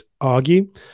argue